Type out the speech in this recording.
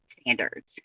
standards